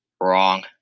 Wrong